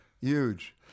huge